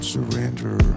Surrender